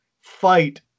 fight